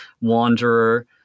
wanderer